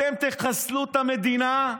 אתם תחסלו את המדינה,